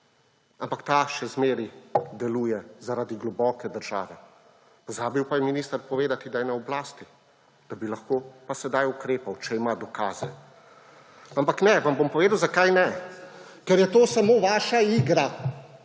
ampak ta še vedno deluje zaradi globoke države. Pozabil pa je minister povedati, da je na oblasti, da bi pa lahko sedaj ukrepal, če ima dokaze. Ampak ne. Vam bom povedal, zakaj ne. Ker je to samo vaša igra!